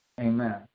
Amen